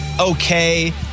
okay